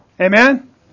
Amen